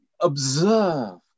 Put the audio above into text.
observe